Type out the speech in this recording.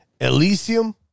Elysium